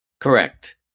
Correct